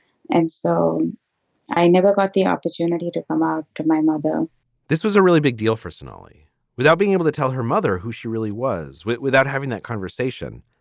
and so i never got the opportunity to come out to my mother this was a really big deal for sonali without being able to tell her mother who she really was was without having that conversation.